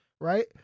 right